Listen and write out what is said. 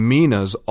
Mina's